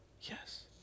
Yes